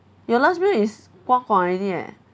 your last meal is already eh